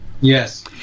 yes